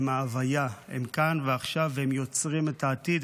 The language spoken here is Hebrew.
הם ההוויה, הם כאן ועכשיו והם יוצרים את העתיד.